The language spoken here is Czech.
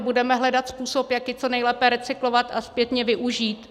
Budeme hledat způsob, jak ji co nejlépe recyklovat a zpětně využít.